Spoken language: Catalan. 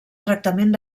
tractament